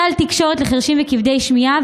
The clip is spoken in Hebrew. סל תקשורת לחירשים וכבדי שמיעה,